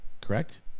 correct